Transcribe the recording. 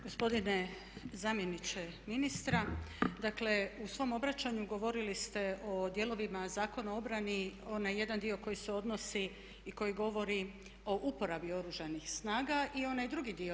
Gospodine zamjeniče ministra, dakle u svom obraćanju govorili ste o dijelovima Zakona o obrani, onaj jedan dio koji se odnosi i koji govori o uporabi Oružanih snaga i onaj drugi dio.